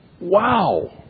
wow